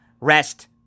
rest